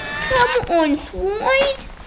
come on slide!